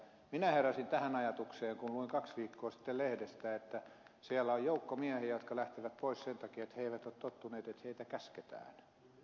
minä heräsin tähän ajatukseen kun luin kaksi viikkoa sitten lehdestä että siellä on joukko miehiä jotka lähtevät pois sen takia että he eivät ole tottuneet että heitä käsketään